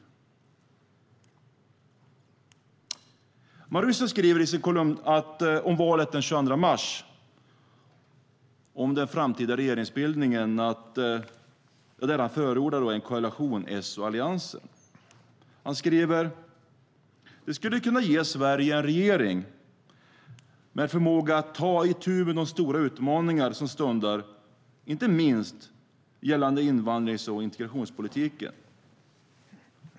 Mauricio skriver i sin kolumn om valet den 22 mars och om den framtida regeringsbildningen. Han förordar där en koalition mellan S och Alliansen. Han skriver att "det skulle kunna ge Sverige en regering med förmåga att ta itu med de stora utmaningarna som stundar, inte minst gällande invandrings och integrationspolitiken.